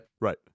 Right